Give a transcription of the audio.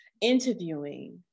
interviewing